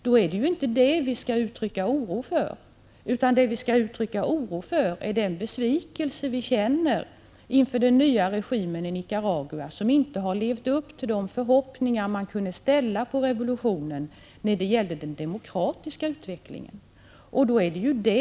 Då är det ju inte detta som vi skall uttrycka oro för, utan det som vi skall uttrycka oro och besvikelse för är att den nya regimen i Nicaragua inte levt upp till de förhoppningar som man kunde ställa på revolutionen när det gällde den demokratiska utvecklingen.